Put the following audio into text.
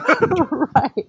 Right